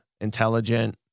intelligent